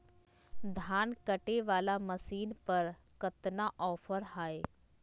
धान कटे बाला मसीन पर कतना ऑफर हाय?